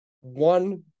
one